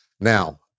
Now